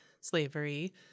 slavery